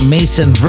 Mason